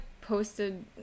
posted